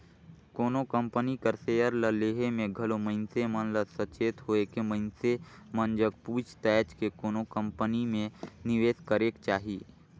कोनो कंपनी कर सेयर ल लेहे में घलो मइनसे मन ल सचेत होएके मइनसे मन जग पूइछ ताएछ के कोनो कंपनी में निवेस करेक चाही